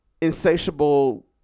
insatiable